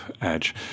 edge